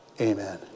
amen